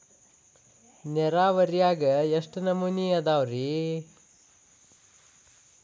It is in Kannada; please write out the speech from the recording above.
ನೇರಾವರಿಯಾಗ ಎಷ್ಟ ನಮೂನಿ ಅದಾವ್ರೇ?